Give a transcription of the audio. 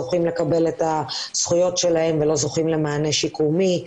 זוכים לקבל את הזכויות שלהם ולא זוכים למענה שיקומי.